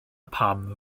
pam